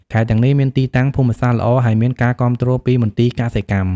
ខេត្តទាំងនេះមានទីតាំងភូមិសាស្ត្រល្អ ហើយមានការគាំទ្រពីមន្ទីរកសិកម្ម។